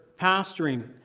pastoring